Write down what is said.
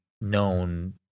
known